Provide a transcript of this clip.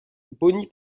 bonnie